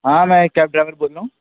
ہاں میں cab driver بول رہا ہوں